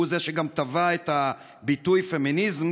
והוא זה שגם טבע את המונח פמיניזם,